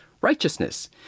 righteousness